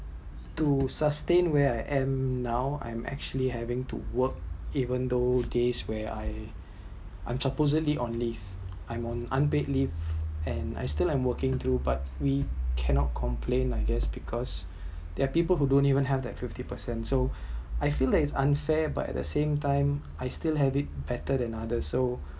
to sustain where I end now I’m actually having to work even those this where I I‘m supposedly on leave I’m on unpaid leave and I’m still on working too but we cannot complaint I guess because their people who do even have fifty percent I think is unfair but at the same time I still have it better than others so